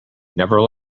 never